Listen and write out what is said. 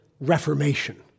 reformation